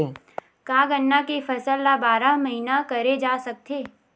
का गन्ना के फसल ल बारह महीन करे जा सकथे?